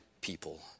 people